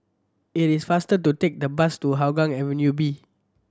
it is faster to take the bus to Hougang Avenue B